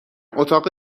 اتاق